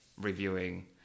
reviewing